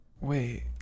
Wait